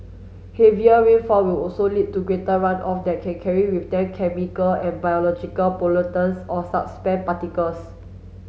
heavier rainfall will also lead to greater runoff that can carry with them chemical and biological pollutants or particles